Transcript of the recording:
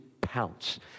pounce